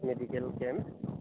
medical camp